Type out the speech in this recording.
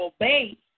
obey